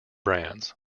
brands